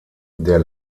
der